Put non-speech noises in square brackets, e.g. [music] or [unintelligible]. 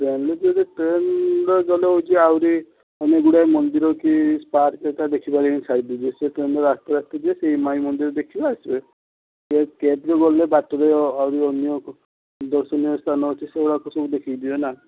[unintelligible] ଟ୍ରେନ୍ରେ ଗଲେ ହେଉଛି ଆହୁରି ଅନେକ ଗୁଡ଼ିଏ ମନ୍ଦିର ଅଛି ପାର୍କ ଏକା ଦେଖିପାରିବେନି ଛାଡ଼ିଦେଇ ଯିବେ ସେଇ ଟ୍ରେନ୍ରେ ଆସ୍ତେ ଆସ୍ତେ ଯିବେ ସେଇ ଇମାମି ମନ୍ଦିର ଦେଖିବ ଆସିବ [unintelligible] ଯଦି କ୍ୟାବ୍ରେ ଗଲେ ବାଟରେ ରହିବନି ଦର୍ଶନୀୟ ସ୍ଥାନ ଅଛି ସେଗୁଡ଼ାକ ସବୁ ଦେଖିକିଯିବେନା